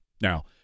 Now